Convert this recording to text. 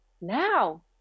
now